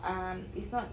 um it's not